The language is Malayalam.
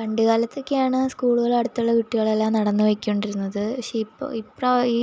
പണ്ടു കാലത്തൊക്കെയാണ് സ്കൂളുകളുടെ അടുത്തുള്ള കുട്ടികളെല്ലാം നടന്ന് പൊയ്ക്കൊണ്ടിരുന്നത് പക്ഷെ ഇപ്പോള് ഈ